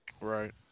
Right